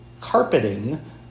carpeting